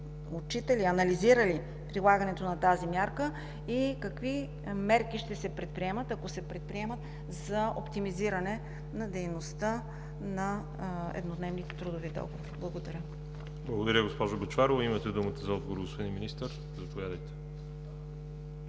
отчита ли, анализира ли прилагането на тази мярка и какви мерки ще се предприемат, ако се предприемат, за оптимизиране на дейността на еднодневните трудови договори. Благодаря. ПРЕДСЕДАТЕЛ ВАЛЕРИ ЖАБЛЯНОВ: Благодаря, госпожо Бъчварова. Имате думата за отговор, господин Министър. Заповядайте.